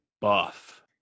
buff